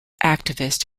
activist